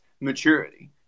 maturity